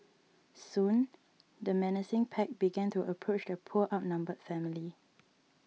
soon the menacing pack began to approach the poor outnumbered family